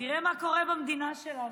תראה מה קורה במדינה שלנו.